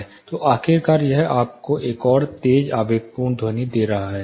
तो आखिरकार यह आपको एक और तेज आवेगपूर्ण ध्वनि दे रहा है